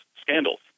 scandals